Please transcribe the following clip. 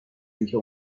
اینکه